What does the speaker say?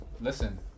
Listen